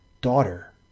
Daughter